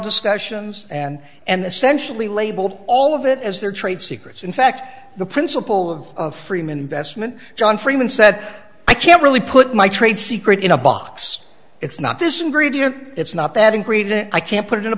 discussions and and essentially labeled all of it as their trade secrets in fact the principle of freedom investment john freeman said i can't really put my trade secret in a box it's not this ingredient it's not that ingredient i can't put it in a